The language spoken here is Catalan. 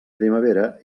primavera